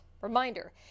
Reminder